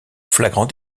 flagrant